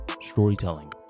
storytelling